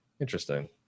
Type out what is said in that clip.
interesting